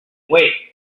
wait